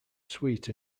sweet